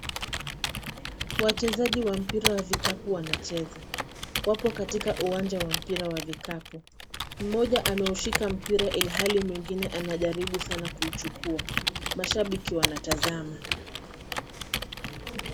Wachezaji wa mpira wa vikapu wanacheza, wapo katika uwanja wa mpira wa vikapu. Mmoja ameushika mpira ilhali mwingine anajaribu sana kuuchukua. Mashabiki wanatazama.